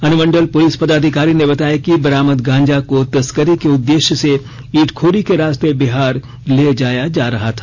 अनुमंडल पुलिस पदाधिकारी ने बताया कि बरामद गांजा को तस्करी के उद्देश्य से इटखोरी के रास्ते बिहार ले जाया जा रहा था